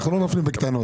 אנחנו לא נופלים בקטנות.